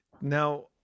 Now